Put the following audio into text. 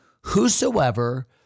whosoever